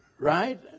Right